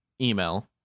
email